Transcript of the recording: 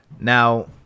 Now